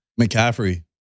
McCaffrey